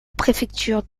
préfecture